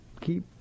keep